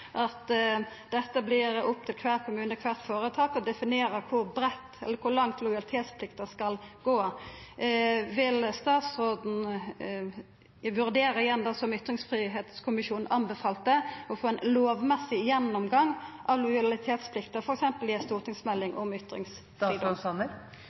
at det vert opp til kvar kommune, kvart føretak, å definera kor breitt eller kor langt lojalitetsplikta skal gå. Vil statsråden vurdera å gjera det som Ytringsfridomskommisjonen anbefalte, å få ein lovmessig gjennomgang av lojalitetsplikta f.eks. i